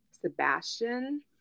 Sebastian